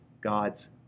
God's